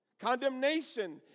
Condemnation